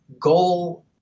goal